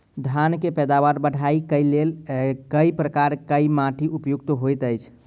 धान केँ पैदावार बढ़बई केँ लेल केँ प्रकार केँ माटि उपयुक्त होइत अछि?